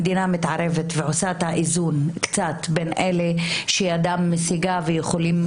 המדינה מתערבת ועושה קצת את האיזון בין אלה שידם משגת ויכולים